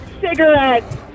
cigarettes